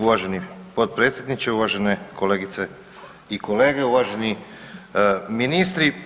Uvaženi potpredsjedniče, uvažene kolegice i kolege, uvaženi ministri.